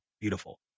beautiful